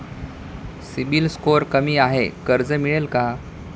CIBIL score कमी आहे कर्ज मिळेल का?